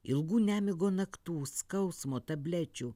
ilgų nemigo naktų skausmo tablečių